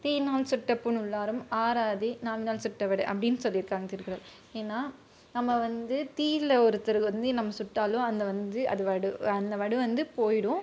தீயினால் சுட்ட புண் உள்ளாறும் ஆறாதே நாவினால் சுட்ட வடு அப்படின் சொல்லியிருக்காங்க திருக்குறள் ஏன்னால் நம்ம வந்து தீயில் ஒருத்தர் வந்து நம் சுட்டாலும் அந்த வந்து அது வடு அந்த வடு வந்து போயிடும்